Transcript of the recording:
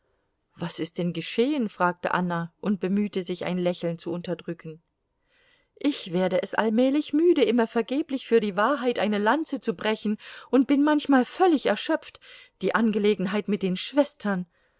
was ist denn geschehen fragte anna und bemühte sich ein lächeln zu unterdrücken ich werde es allmählich müde immer vergeblich für die wahrheit eine lanze zu brechen und bin manchmal völlig erschöpft die angelegenheit mit den schwestern